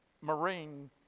Marine